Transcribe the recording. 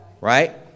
right